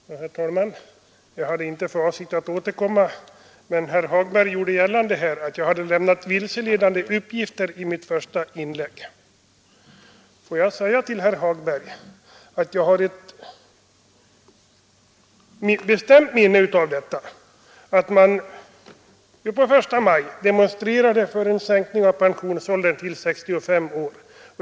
Herr talman! Jag hade inte för avsikt att återkomma, men herr Hagberg gjorde här gällande att jag hade lämnat vilseledande uppgifter i mitt första inlägg. Får jag säga till herr Hagberg att jag har ett bestämt minne av att man 1 maj 1965 i Borlänge demonstrerade för en sänkning av pensionsåldern till 65 år.